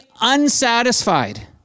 unsatisfied